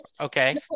Okay